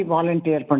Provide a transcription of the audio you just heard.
Volunteer